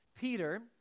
Peter